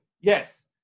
Yes